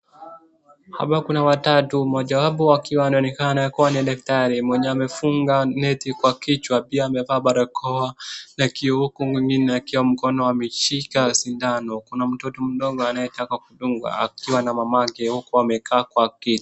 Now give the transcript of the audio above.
Hapa kuna watatu mmoja wapo akiwa anaonekana kuwa ni dakatari mwenye amefunga neti kwa kichwa. Pia amevaa barakoa na kioo huku kwingine akiwa mkono ameshika sindano. Kuna mtoto mdogo anayetaka kudungwa akiwa na mamake huku amekaa kwa kiti.